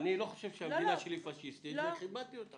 אני לא חושב שהמדינה שלי פשיסטית, וכיבדתי אותך.